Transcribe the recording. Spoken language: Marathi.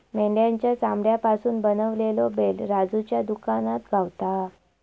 मेंढ्याच्या चामड्यापासून बनवलेलो बेल्ट राजूच्या दुकानात गावता